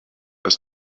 ist